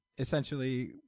Essentially